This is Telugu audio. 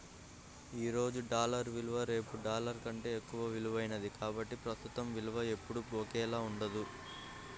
ఈ రోజు డాలర్ విలువ రేపు డాలర్ కంటే ఎక్కువ విలువైనది కాబట్టి ప్రస్తుత విలువ ఎప్పుడూ ఒకేలా ఉండదు